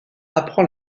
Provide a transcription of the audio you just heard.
apprend